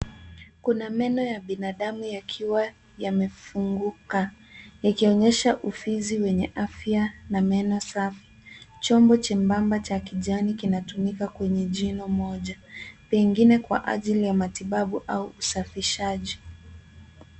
Kuna meno ya binadamu yakiwa yamefunguka ikionyesha ufizi wenye afya na meno safi. Chombo cha kisasa cha kijani kinatumika kwenye jino moja pengine kwa ajili ya matibabu au usafishaji.